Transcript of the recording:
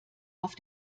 auf